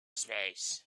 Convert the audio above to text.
space